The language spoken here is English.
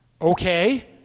Okay